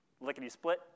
lickety-split